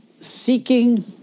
seeking